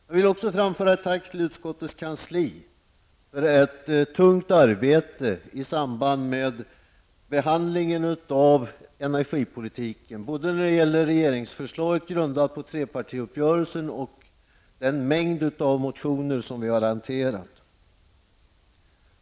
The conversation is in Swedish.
Jag vill också framföra ett tack till utskottets kanslipersonal för ett tungt arbete i samband med behandlingen av energipolitiken både när det gäller regeringsförslaget grundat på trepartiuppgörelsen och den mängd motioner som vi har hanterat.